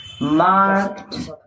marked